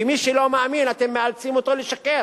ומי שלא מאמין, אתם מאלצים אותו לשקר.